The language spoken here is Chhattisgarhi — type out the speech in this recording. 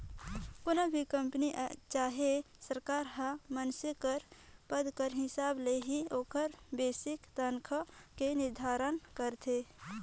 कोनो भी कंपनी चहे सरकार हर मइनसे कर पद कर हिसाब ले ही ओकर बेसिक तनखा के निरधारन करथे